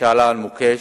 כשעלה על מוקש,